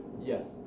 Yes